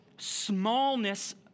smallness